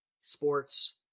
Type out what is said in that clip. sports